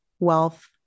Wealth